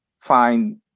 find